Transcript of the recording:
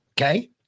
okay